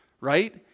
right